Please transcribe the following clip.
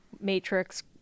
Matrix